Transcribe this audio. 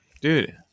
Dude